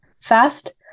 Fast